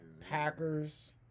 Packers